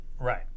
Right